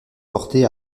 porté